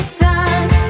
time